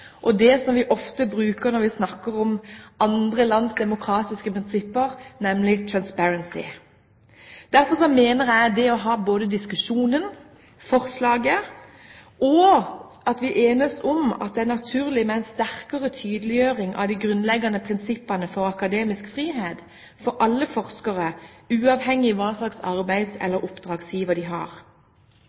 og det som vi ofte bruker når vi snakker om andre lands demokratiske prinsipper, nemlig «transparency». Derfor mener jeg at det er naturlig å ha både diskusjonen og forslaget, og at vi enes om at det er naturlig med en sterkere tydeliggjøring av de grunnleggende prinsippene for akademisk frihet for alle forskere, uavhengig av hva slags arbeids- eller oppdragsgiver de har.